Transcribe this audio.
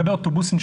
לגבי אוטובוסים,